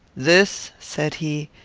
this, said he,